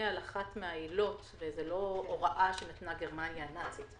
על אחת מהעילות וזאת לא הוראה שנתנה גרמניה הנאצית.